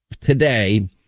today